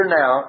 now